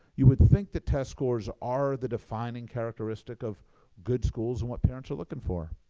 you would think that test scores are the defining characteristics of good schools and what parents are looking for.